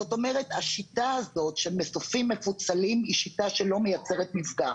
זאת אומרת שהשיטה הזו של מסופים מפוצלים היא שיטה שלא מייצרת מפגע.